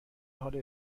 حال